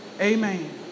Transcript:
amen